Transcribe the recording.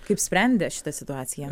kaip sprendė šitą situaciją